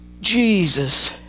Jesus